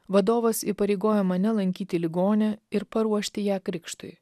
vadovas įpareigojo mane lankyti ligonę ir paruošti ją krikštui